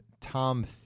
Tom